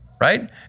right